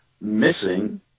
missing